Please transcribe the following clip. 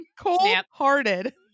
Cold-hearted